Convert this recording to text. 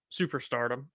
superstardom